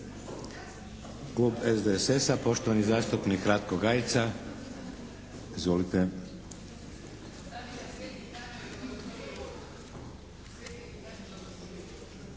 klub HSP-a, poštovani zastupnik Tonči Tadić. Izvolite.